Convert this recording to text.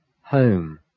Home